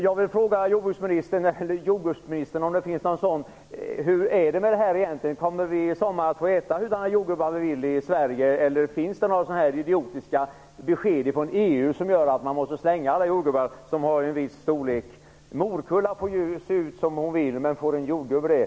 Jag vill fråga jordbruksministern, eller jordgubbsministern om det finns någon sådan: Hur är det med det här - kommer vi i sommar att få äta hurdana jordgubbar vi vill i Sverige eller finns det några sådana här idiotiska bestämmelser från EU som gör att man måste slänga alla jordgubbar av en viss storlek? Morkullan får ju se ut som hon vill, men får en jordgubbe det?